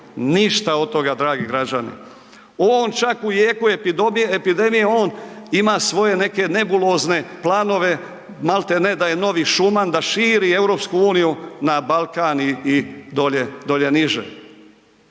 Ništa od toga dragi građani. On čak u jeku epidemije, on ima svoje neke nebulozne planove, malte ne da je novi Šuman, da širi EU na Balkan i dolje,